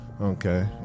okay